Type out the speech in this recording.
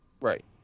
Right